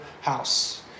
house